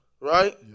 right